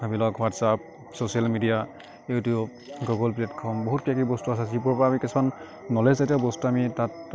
সেইবিলাক WhatsApp social media YouTube Google platform বহুত কিবাকিবি বস্তু আছে যিবোৰৰপৰা আমি কিছুমান নলেজজাতীয় বস্তু আমি তাত